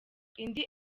indi